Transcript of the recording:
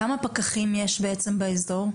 כמה פקחים יש בעצם באזור?